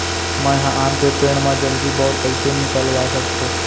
मैं ह आम के पेड़ मा जलदी बौर कइसे निकलवा सकथो?